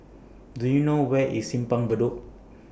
Do YOU know Where IS Simpang Bedok